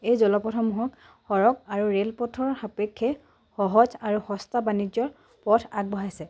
এই জলপথসমূহক সৰগ আৰু ৰে'লপথৰ সাপেক্ষে সহজ আৰু সস্তা বাণিজ্যৰ পথ আগবঢ়াইছে